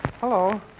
Hello